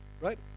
right